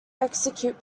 execute